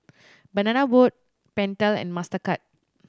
Banana Boat Pentel and Mastercard